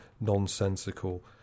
nonsensical